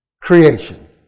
creation